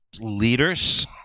leaders